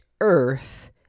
earth